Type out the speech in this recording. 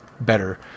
better